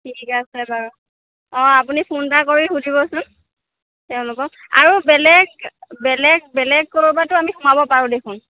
ঠিক আছে বাৰু অঁ আপুনি ফোন এটা কৰি সুধিব চোন তেওঁলোকক আৰু বেলেগ বেলেগ বেলেগ ক'ৰবাতো আমি সোমাব পাৰোঁ দেখোন